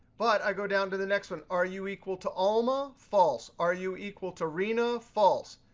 but i go down to the next one. are you equal to alma? false. are you equal to rina? false.